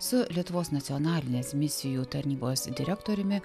su lietuvos nacionalinės misijų tarnybos direktoriumi